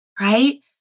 right